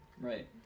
right